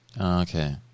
Okay